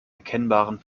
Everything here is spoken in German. erkennbaren